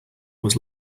was